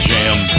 Jam